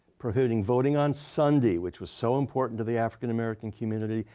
preventing voting on sunday, which was so important to the african american community.